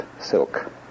silk